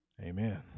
Amen